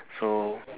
so